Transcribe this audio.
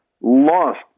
lost